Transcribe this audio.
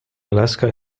alaska